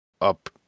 up